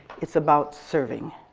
it's about serving.